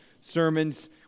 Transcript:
sermons